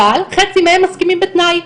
אבל חצי מהם מסכימים בתנאי.